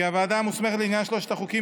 כי הוועדה המוסמכת לעניין שלושת החוקים